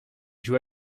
joue